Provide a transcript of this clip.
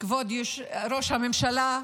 כבוד ראש הממשלה,